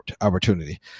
opportunity